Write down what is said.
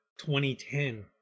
2010